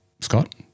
Scott